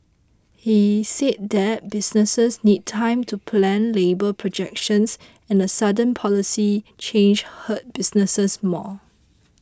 he said that businesses need time to plan labour projections and a sudden policy change hurt businesses more